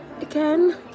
again